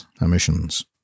emissions